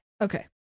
Okay